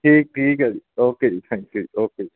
ਠੀਕ ਠੀਕ ਹੈ ਜੀ ਓਕੇ ਜੀ ਥੈਂਕ ਯੂ ਜੀ ਓਕੇ ਜੀ